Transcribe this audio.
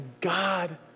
God